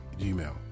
gmail